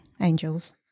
angels